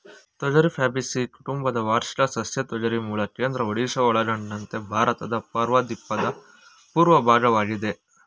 ತೊಗರಿ ಫ್ಯಾಬೇಸಿಯಿ ಕುಟುಂಬದ ವಾರ್ಷಿಕ ಸಸ್ಯ ತೊಗರಿ ಮೂಲ ಕೇಂದ್ರ ಒಡಿಶಾ ಒಳಗೊಂಡಂತೆ ಭಾರತದ ಪರ್ಯಾಯದ್ವೀಪದ ಪೂರ್ವ ಭಾಗವಾಗಿದೆ